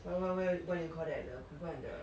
what what what what do you call that the 苦瓜 and the